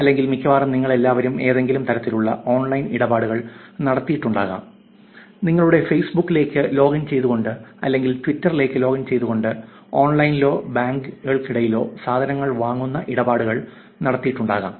അല്ലെങ്കിൽ മിക്കവാറും നിങ്ങളെല്ലാവരും ഏതെങ്കിലും തരത്തിലുള്ള ഓൺലൈൻ ഇടപാടുകൾ നടത്തിയിട്ടുണ്ടാകും നിങ്ങളുടെ ഫേസ്ബുക് ലേക്ക് ലോഗിൻ ചെയ്തുകൊണ്ട് അല്ലെങ്കിൽ നിങ്ങളുടെ ട്വിറ്റർ ലേക്ക് ലോഗിൻ ചെയ്തുകൊണ്ട് ഓൺലൈനിലോ ബാങ്കുകൾക്കിടയിലോ സാധനങ്ങൾ വാങ്ങുന്ന ഇടപാടുകൾ നടത്തിയിട്ടുണ്ടാകും